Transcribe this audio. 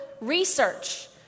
research